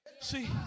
See